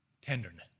tenderness